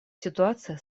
ситуация